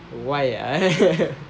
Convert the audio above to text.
why ah